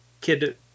kid